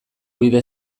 bide